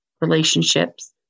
relationships